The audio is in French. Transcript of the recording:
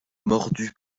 mordue